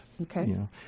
Okay